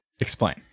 Explain